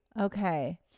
Okay